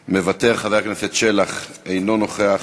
מוותר, חבר הכנסת שלח, אינו נוכח,